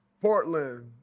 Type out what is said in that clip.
Portland